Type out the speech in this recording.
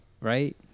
right